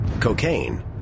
Cocaine